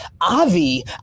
Avi